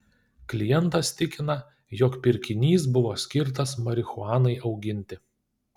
klientas tikina jog pirkinys buvo skirtas marihuanai auginti